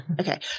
Okay